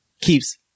keeps